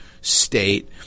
State